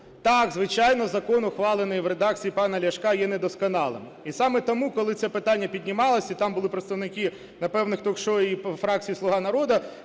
Так, звичайно, закон, ухвалений в редакції пана Ляшка, є недосконалим, і саме тому, коли це питання піднімалося і там були представники на певних ток-шоу і представники "Слуги народу",